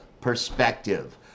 perspective